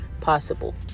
possible